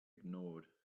ignored